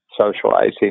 socializing